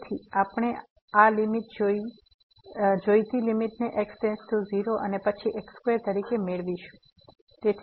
તેથી આપણે તે લીમીટ જોઈતી લીમીટને x → 0 અને પછી x2 તરીકે મેળવીશું